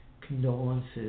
condolences